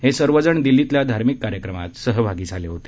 हे सर्वजण दिल्लीतल्या धार्मिक कार्यक्रमात सहभागी झाले होते